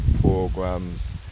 programs